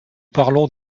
parlons